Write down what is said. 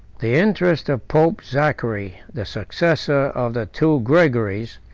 the interest of pope zachary, the successor of the two gregories,